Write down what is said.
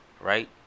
right